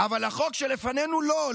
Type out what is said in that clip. אבל לחוק שלפנינו לא.